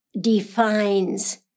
defines